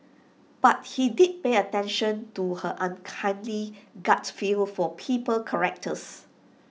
but he did pay attention to her uncanny gut feel for people's characters